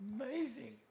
amazing